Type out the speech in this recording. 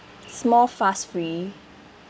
it's more fuss free